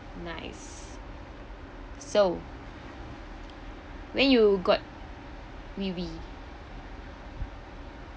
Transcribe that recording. nice so when you got wiwi